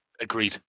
agreed